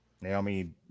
Naomi